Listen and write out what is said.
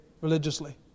religiously